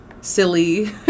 silly